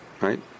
right